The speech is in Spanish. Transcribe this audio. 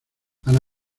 ana